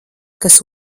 kas